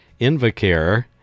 Invacare